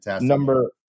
number